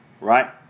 Right